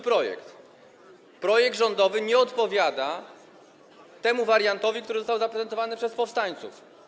Projekt rządowy nie odpowiada temu wariantowi, który został zaprezentowany przez powstańców.